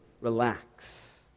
relax